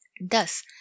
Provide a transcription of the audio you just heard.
thus